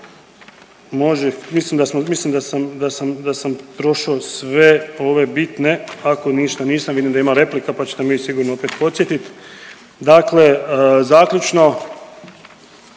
mislim da sam prošao sve ove bitne, ako ništa nisam, vidim da ima replika pa ćete me sigurno opet podsjetiti, dakle, zaključno,